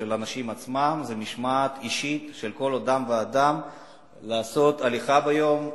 של האנשים עצמם: משמעת אישית של כל אדם ואדם לעשות הליכה ביום,